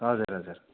हजुर हजुर